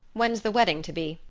when's the wedding to be?